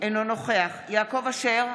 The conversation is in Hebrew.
אינו נוכח יעקב אשר,